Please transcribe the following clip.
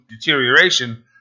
deterioration